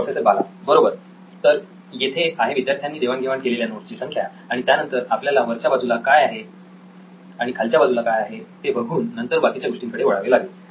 professor Bala बरोबर तर येथे आहे विद्यार्थ्यांनी देवाण घेवाण केलेल्या नोट्स ची संख्या आणि त्यानंतर आपल्याला वरच्या बाजूला काय आहे आणि खालच्या बाजूला काय आहे ते बघून नंतर बाकीच्या गोष्टींकडे वळावे लागेल